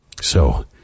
So